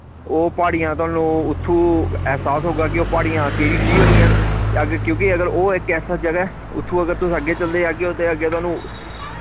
ओह् पहाड़ियां थोआनू उत्थु एहसास होगा कि ओह् पहाड़ियां केह्ड़ी कियो लेइयां न अग्गे क्यूंकि अगर ओ इक ऐसा जगह ऐ उत्थों अगर तुस अग्गै चलदे जागे उदे अग्गै थोआनू